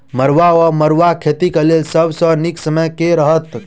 मरुआक वा मड़ुआ खेतीक लेल सब सऽ नीक समय केँ रहतैक?